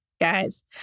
guys